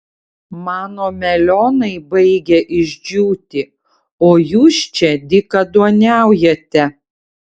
mano melionai baigia išdžiūti o jūs čia dykaduoniaujate